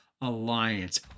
alliance